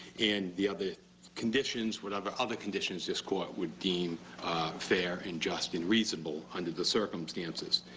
and the other conditions, whatever other conditions this court would deem fair and just and reasonable under the circumstances.